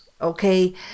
okay